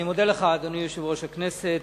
אני מודה לך, אדוני יושב-ראש הכנסת.